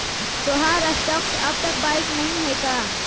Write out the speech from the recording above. तोहार स्टॉक्स अब तक बाइक नही हैं का